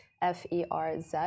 F-E-R-Z